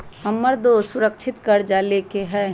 हमर दोस सुरक्षित करजा लेलकै ह